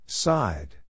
Side